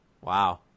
Wow